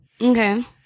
Okay